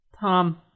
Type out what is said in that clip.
Tom